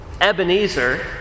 Ebenezer